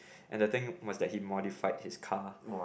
and the thing was that he modified his car